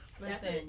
listen